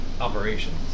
operations